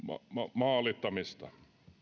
maalittamista